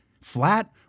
flat